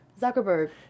Zuckerberg